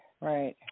right